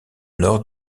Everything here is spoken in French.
nord